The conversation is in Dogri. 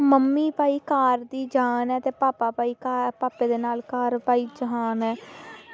मम्मी भई घर दी जान ऐ भापा भई घर दे नाल जहान ऐ